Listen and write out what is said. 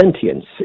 sentience